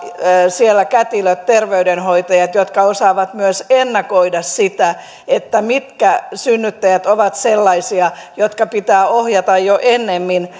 jossa kätilöt ja terveydenhoitajat osaavat myös ennakoida sitä mitkä synnyttäjät ovat sellaisia jotka pitää ohjata jo ennemmin